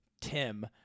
tim